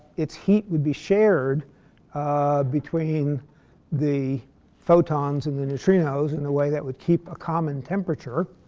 its heat would be shared between the photons and the neutrinos in a way that would keep a common temperature.